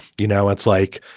you know, it's like,